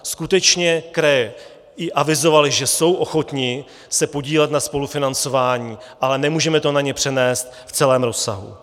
Skutečně kraje i avizovaly, že jsou ochotny se podílet na spolufinancování, ale nemůžeme to na ně přenést v celém rozsahu.